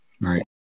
Right